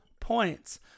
points